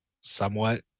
somewhat